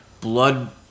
blood